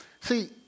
see